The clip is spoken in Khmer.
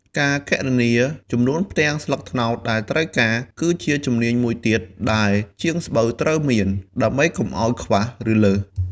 ការគណនា ចំនួនផ្ទាំងស្លឹកត្នោតដែលត្រូវការ គឺជាជំនាញមួយទៀតដែលជាងស្បូវត្រូវមាន ដើម្បីកុំឲ្យខ្វះ ឬលើស។